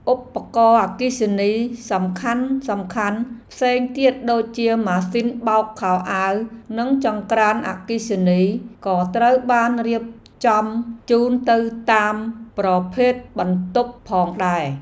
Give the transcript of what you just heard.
ឧបករណ៍អគ្គិសនីសំខាន់ៗផ្សេងទៀតដូចជាម៉ាស៊ីនបោកខោអាវនិងចង្ក្រានអគ្គិសនីក៏ត្រូវបានរៀបចំជូនទៅតាមប្រភេទបន្ទប់ផងដែរ។